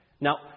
Now